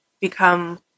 become